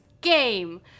game